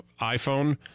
iPhone